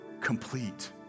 complete